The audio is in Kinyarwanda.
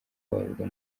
kubabarirwa